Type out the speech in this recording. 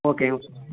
okay okay